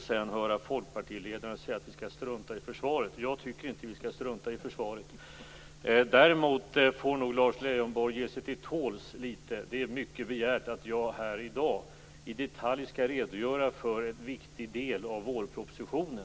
Sedan fick vi höra Folkpartiledaren säga att vi skall strunta i försvaret. Jag tycker inte att vi skall strunta i försvaret. Lars Leijonborg får ge sig till tåls lite. Det är mycket begärt att jag här i dag i detalj skall redogöra för en viktig del av vårpropositionen.